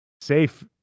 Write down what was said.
safe